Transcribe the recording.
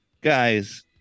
guys